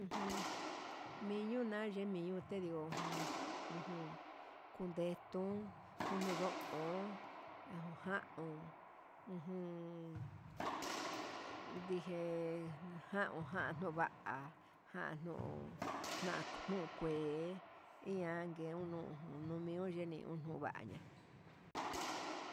Ujun miñuna yeminio, tendio jun ujun kundenton kuduon ndiujandun, ujun ndije januu va'a nuva'a januu janukue ian ngue unu numioche unuvaña.